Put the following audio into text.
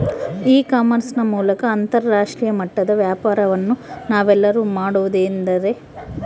E commerce ನ ಮೂಲಕ ಅಂತರಾಷ್ಟ್ರೇಯ ಮಟ್ಟದ ವ್ಯಾಪಾರವನ್ನು ನಾವೆಲ್ಲರೂ ಮಾಡುವುದೆಂದರೆ?